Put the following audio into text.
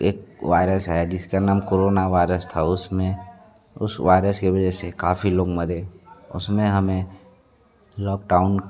एक वायरस आया जिसका नाम कोरोना वायरस था उसमें उस वायरस के वजह से काफ़ी लोग मरे उसमें हमें लॉकडाउन